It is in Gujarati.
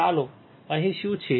ચાલો જોઈએ અહીં શું છે